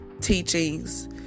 teachings